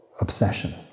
obsession